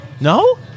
No